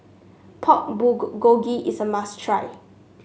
Pork is a must try